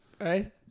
right